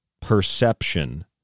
perception